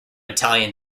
italian